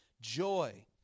joy